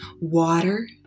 water